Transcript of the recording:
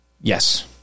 Yes